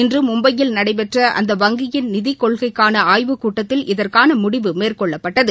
இன்றுமும்பையில் நடைபெற்றஅந்த வங்கியின் நிதிக் கொள்கைக்கானஆய்வுக் கூட்டத்தில் இதற்கானமுடிவு மேற்கொள்ளப்பட்டது